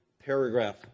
paragraph